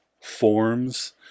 forms